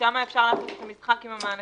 שם אפשר לעשות את המשחק עם המענקים.